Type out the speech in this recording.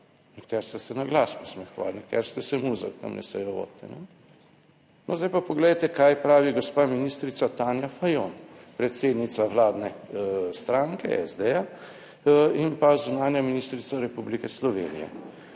nekateri ste se na glas posmehovali, nekateri ste se muzali, tamle sejo vodite. No, zdaj pa poglejte kaj pravi gospa ministrica Tanja Fajon, predsednica vladne stranke SD in pa zunanja ministrica Republike Slovenije,